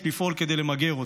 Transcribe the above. יש לפעול כדי למגר אותה.